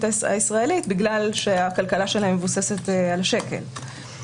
הישראלית בגלל שהכלכלה שלהם מבוססת על שקט.